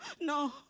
no